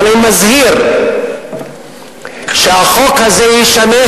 ואני מזהיר שהחוק הזה ישמש